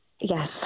Yes